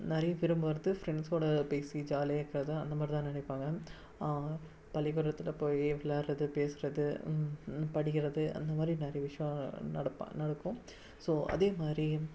நிறையப் பேரப் பார்த்து பிரண்ட்ஸோட பேசி ஜாலியாக இருக்கிறதான் அந்தமாரிதான் நினைப்பாங்க பள்ளிக்கூடத்தில் போய் விளையாட்றது பேசுகிறது படிக்கிறது அந்தமாதிரி நிறைய விசயம் நடக் நடக்கும் ஸோ அதேமாதிரி